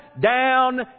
down